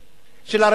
של הרווח שלהם,